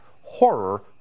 horror